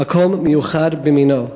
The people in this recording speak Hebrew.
מקום מיוחד במינו.